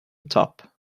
top